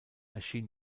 erschien